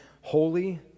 holy